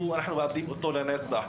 אנחנו מאבדים אותו לנצח,